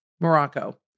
Morocco